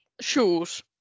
shoes